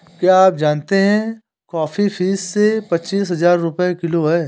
क्या आप जानते है कॉफ़ी बीस से पच्चीस हज़ार रुपए किलो है?